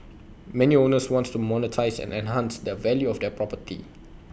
many owners want to monetise and enhance the value of their property